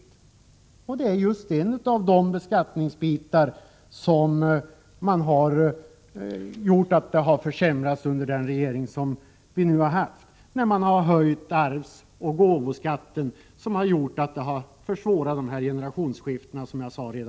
Detta är ett exempel på just en av de beskattningsbitar som lett till att villkoren försämrats under den nuvarande regeringens tid, då man höjt arvsoch gåvoskatten. Det har som sagt försvårat generationsskiftena.